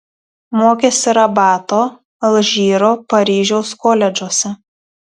mokėsi rabato alžyro paryžiaus koledžuose